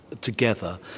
together